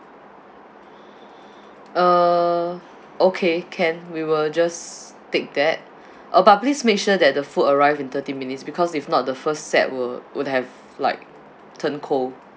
uh okay can we will just take that uh but please make sure that the food arrive in thirty minutes because if not the first set would would have like turn cold